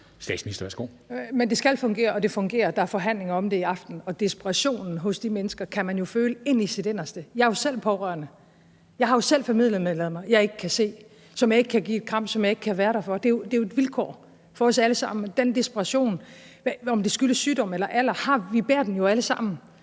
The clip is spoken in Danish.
(Mette Frederiksen): Men det skal fungere, og det fungerer; der er forhandlinger om det her i aften. Og desperationen hos de mennesker kan man føle ind i sit inderste – jeg er jo selv pårørende, jeg har selv familiemedlemmer, som jeg ikke kan se, som jeg ikke kan give et kram, som jeg ikke kan være der for. Det er jo et vilkår for os alle sammen, men den desperation – om det skyldes sygdom eller alder – bærer vi jo alle sammen,